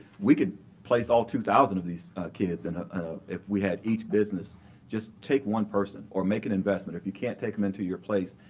we could place all two thousand of these kids ah if we had each business just take one person or make an investment. if you can't take them into your place,